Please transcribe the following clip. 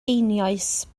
einioes